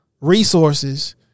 resources